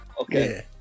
Okay